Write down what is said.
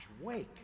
wake